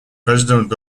president